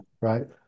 right